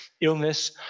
illness